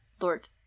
Lord